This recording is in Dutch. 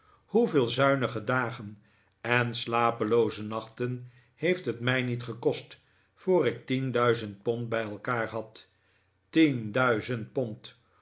hoeveel zuinige dagen en slapelooze nachten heeft het mij niet gekost voor ik tien duizend pondbij elkaar had